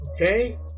Okay